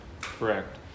correct